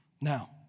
Now